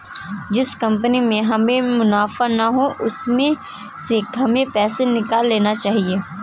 जिस कंपनी में हमें मुनाफा ना हो उसमें से हमें पैसे निकाल लेने चाहिए